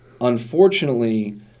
Unfortunately